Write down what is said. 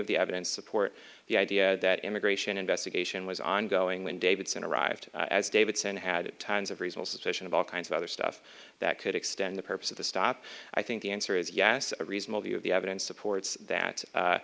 of the evidence support the idea that immigration investigation was ongoing when davidson arrived as davidson had tons of resources fission of all kinds of other stuff that could extend the purpose of the stop i think the answer is yes a reasonable view of the evidence supports that